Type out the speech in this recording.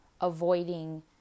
avoiding